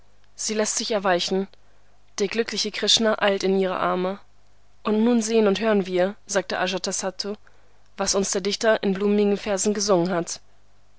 sie läßt sich erweichen der glückliche krishna eilt in ihre arme und nun sehen und hören wir sagte ajatasattu was uns der dichter in blumigen versen gesungen hat